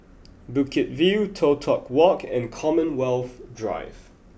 Bukit View Toh Tuck Walk and Commonwealth Drive